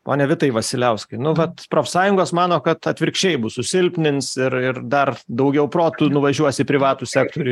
pone vitai vasiliauskai nu vat profsąjungos mano kad atvirkščiai bus susilpnins ir ir dar daugiau protų nuvažiuos į privatų sektorių